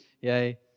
yay